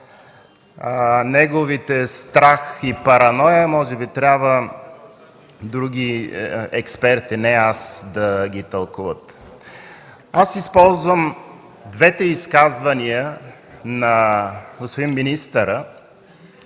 Неговите страх и параноя може би трябва други експерти да тълкуват, а не аз. Използвам двете изказвания на господин министъра,